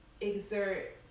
exert